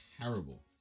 terrible